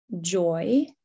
joy